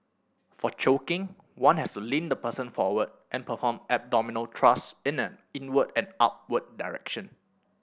for choking one has to lean the person forward and perform abdominal thrust in an inward and upward direction